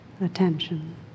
attention